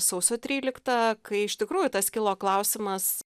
sausio trylikta kai iš tikrųjų tas kilo klausimas